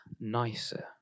nicer